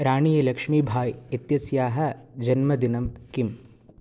राणीलक्ष्मीबाय् इत्यस्याः जन्मदिनं किम्